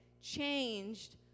changed